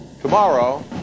tomorrow